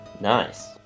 Nice